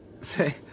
say